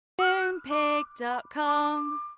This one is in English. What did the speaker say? Moonpig.com